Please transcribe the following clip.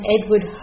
Edward